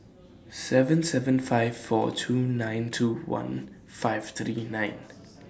seven seven five four two nine two one five three nine